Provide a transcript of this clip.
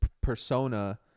persona